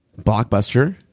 Blockbuster